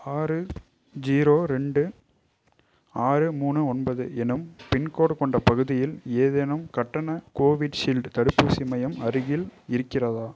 ஆறு ஜீரோ ரெண்டு ஆறு மூணு ஒன்பது எனும் பின்கோடு கொண்ட பகுதியில் ஏதேனும் கட்டண கோவிஷீல்டு தடுப்பூசி மையம் அருகில் இருக்கிறதா